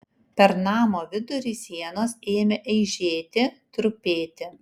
per namo vidurį sienos ėmė eižėti trupėti